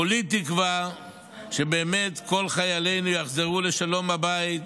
כולי תקווה שבאמת כל חיילינו יחזרו לשלום הביתה,